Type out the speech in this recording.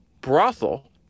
brothel